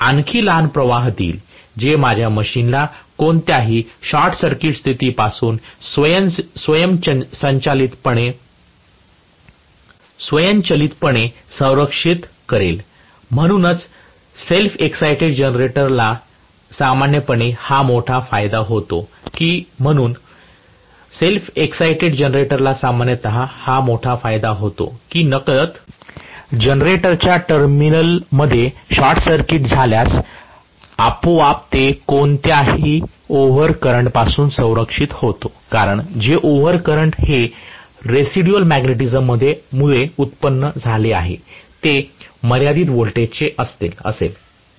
हे आणखी लहान प्रवाह देईल जे माझ्या मशीनला कोणत्याही शॉर्ट सर्किट स्थितीपासून स्वयंचलितपणे संरक्षित करेल म्हणूनच सेल्फ एक्साईटेड जनरेटरला सामान्यपणे हा मोठा फायदा होतो की म्हणून सेल्फ एक्साईटेड जनरेटरला सामान्यत हा मोठा फायदा होतो की नकळत जनरेटरच्या टर्मिनल मध्ये शॉर्ट सर्किट झाल्यास आपोआप ते कोणत्याही ओव्हर करंटपासून संरक्षण होतो कारण जे ओव्हर करंट हे रेसिड्युअल मॅग्नेटिझममुळे व्युत्पन्न झाले आहे ते मर्यादित वोल्टेजचे असेल